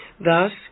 Thus